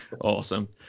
Awesome